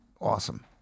Awesome